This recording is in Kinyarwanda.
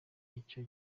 icyo